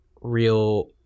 real